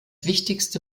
wichtigste